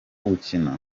gukina